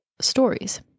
stories